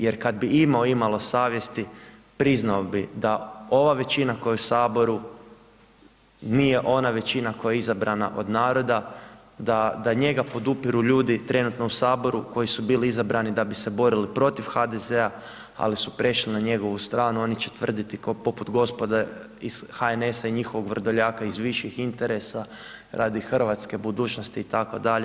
Jer kada bi imao imalo savjesti priznao bi da ova većina koja je u saboru nije ona većina koje je izabrana od naroda, da njega podupiru ljudi trenutno u Saboru koji su bili izabrani da bi se borili protiv HDZ-a ali su prešli na njegovu stranu, oni će tvrditi poput gospode iz HNS-a i njihovog Vrdoljaka iz viših interesa radi hrvatske budućnosti itd.